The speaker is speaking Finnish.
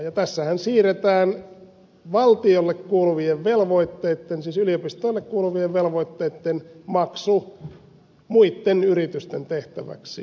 ja tässähän siirretään valtiolle kuuluvien velvoitteitten siis yliopistoille kuuluvien velvoitteitten maksu muitten yritysten tehtäväksi